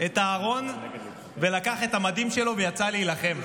את הארון, לקח את המדים שלו ויצא להילחם.